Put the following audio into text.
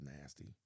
nasty